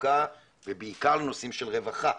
תעסוקה ובעיקר נושאים של רווחה.